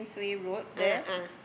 a'ah